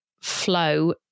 flow